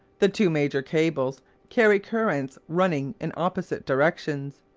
the two major cables carry currents running in opposite directions,